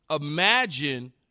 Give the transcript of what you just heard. Imagine